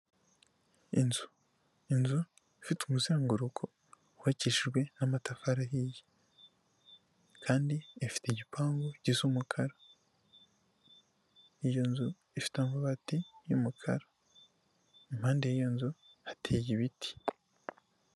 Inzu ifite umuzenguru wukishijwe n'amatafari ahiye, kandi ifite igipangu gisa umukara, iyo nzu ifite amabati y'umukara, impande y'iyo nzu hateye ibiti.